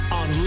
on